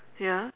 ya